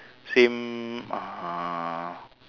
same uh